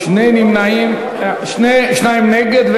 רבותי, מי נגד?